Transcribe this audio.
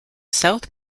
south